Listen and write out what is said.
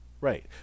Right